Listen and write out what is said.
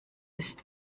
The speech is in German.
ist